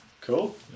Cool